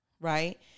right